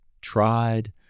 tried